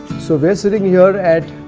so we're sitting here at.